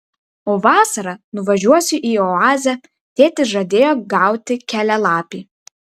o vasarą nuvažiuosiu į oazę tėtis žadėjo gauti kelialapį